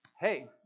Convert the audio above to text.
hey